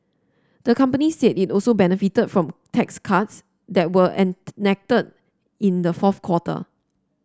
the company said it also benefited from tax cuts that were enacted in the fourth quarter